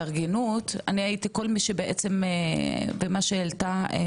במה שהעלתה עו"ד רוסו,